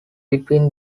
between